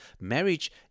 Marriage